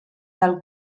del